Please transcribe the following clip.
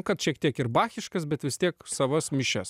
kad šiek tiek ir bachiškas bet vis tiek savas mišias